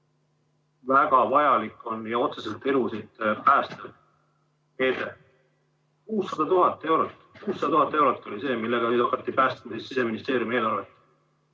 väga vajalik on. See on otseselt elusid päästev meede. 600 000 eurot, 600 000 eurot oli see, millega hakati päästma Siseministeeriumi eelarvet.